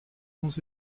grands